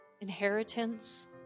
inheritance